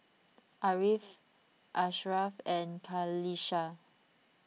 Ariff Asharaff and Qalisha